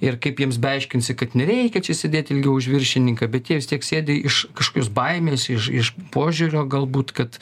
ir kaip jiems beaiškinsi kad nereikia čia sėdėt ilgiau už viršininką bet jie vis tiek sėdi iš kažkokios baimės iš iš požiūrio galbūt kad